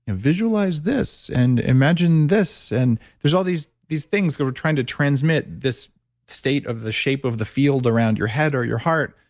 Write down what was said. and visualize this and imagine this. and there's all these these things that we're trying to transmit this state of the shape of the field around your head or your heart.